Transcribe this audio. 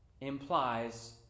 implies